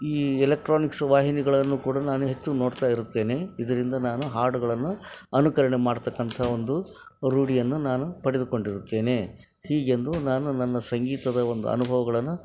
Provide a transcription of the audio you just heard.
ಈ ಎಲೆಕ್ಟ್ರಾನಿಕ್ಸ್ ವಾಹಿನಿಗಳನ್ನು ಕೂಡ ನಾನು ಹೆಚ್ಚು ನೋಡ್ತಾ ಇರುತ್ತೇನೆ ಇದರಿಂದ ನಾನು ಹಾಡುಗಳನ್ನು ಅನುಕರಣೆ ಮಾಡತಕ್ಕಂಥ ಒಂದು ರೂಢಿಯನ್ನು ನಾನು ಪಡೆದುಕೊಂಡಿರುತ್ತೇನೆ ಹೀಗೆಂದು ನಾನು ನನ್ನ ಸಂಗೀತದ ಒಂದು ಅನುಭವಗಳನ್ನು